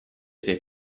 sei